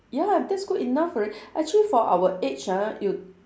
ya lah that's good enough alrea~ actually for our age ah you